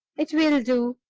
it will do,